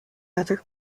other